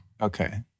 Okay